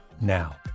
now